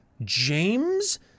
James